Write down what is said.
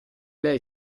lei